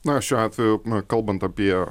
na šiuo atveju kalbant apie